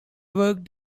worked